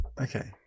Okay